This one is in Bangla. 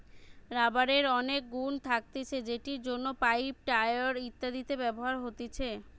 রাবারের অনেক গুন্ থাকতিছে যেটির জন্য পাইপ, টায়র ইত্যাদিতে ব্যবহার হতিছে